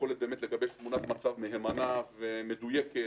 היכולת לגבש תמונת מצב מהימנה ומדויקת,